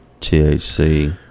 THC